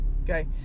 Okay